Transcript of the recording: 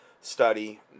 study